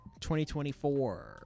2024